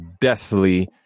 deathly